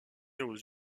aux